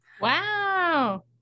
Wow